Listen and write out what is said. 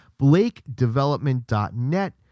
blakedevelopment.net